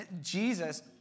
Jesus